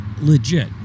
legit